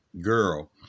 girl